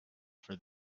for